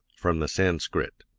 from the sanskrit.